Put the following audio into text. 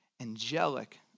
angelic